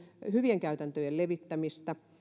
hyvien käytäntöjen levittämistä